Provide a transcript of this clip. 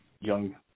young